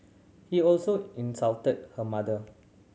he also insulted her mother